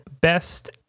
best